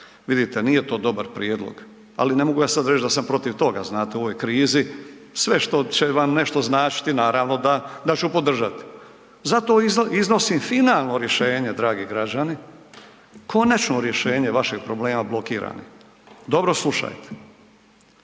Vidite, nije to dobar prijedlog, ali ne mogu ja sad reć da sam protiv toga, znate, u ovoj krizi sve što će vam nešto značiti, naravno da ću podržati. Zato iznosim finalno rješenje, dragi građani, konačno rješenje vaših problema blokirani, dobro slušajte.